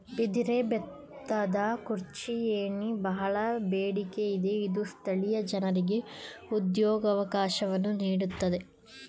ಬಿದಿರ ಬೆತ್ತದ ಕುರ್ಚಿ, ಏಣಿ, ಬಹಳ ಬೇಡಿಕೆ ಇದೆ ಇದು ಸ್ಥಳೀಯ ಜನರಿಗೆ ಉದ್ಯೋಗವಕಾಶವನ್ನು ನೀಡುತ್ತಿದೆ